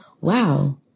wow